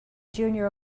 junior